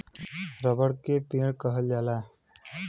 रबड़ के पेड़ कहल जाला